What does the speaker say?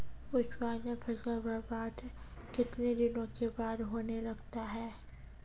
उत्पादन फसल बबार्द कितने दिनों के बाद होने लगता हैं?